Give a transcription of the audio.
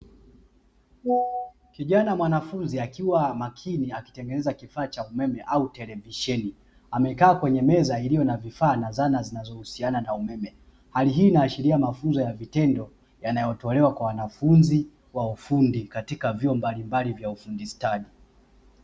Kijana mwanafunzi akiwa makini akitengeneza kifaa cha umeme au televisheni amekaa kwenye meza iliyo na vifaa na zana zinazohusiana na umeme, hali hii inaashiria mafunzo ya vitendo yanayotolewa kwa wanafunzi wa ufundi katika vyuo mbalimbali vya ufundi stadi.